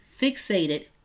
fixated